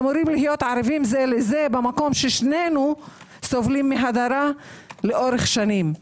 אמורים להיות ערבים זה ולזה במקום ששנינו סובלים מהדרה לאורך שנים.